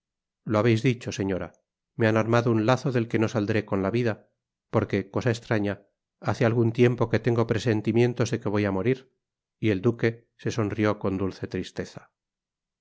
lo habeis dicho señora me han armado un lazo del que no saldré con la vida porque cosa estraña hace algun tiempo que tengo presentimientos de que voy á morir y el duque se sonrió con dulce tristeza